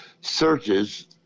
searches